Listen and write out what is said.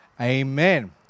amen